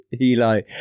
eli